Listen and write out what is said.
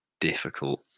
difficult